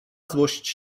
złość